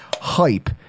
hype